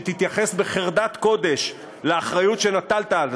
שתתייחס בחרדת קודש לאחריות שנטלת על עצמך,